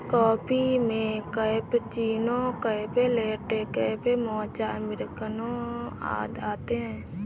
coffee में cappuccino, cafe latte, cafe mocha, अमेरिकनों आदि आते है